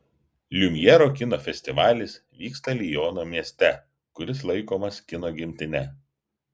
liumjero kino festivalis vyksta liono mieste kuris laikomas kino gimtine